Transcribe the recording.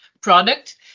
product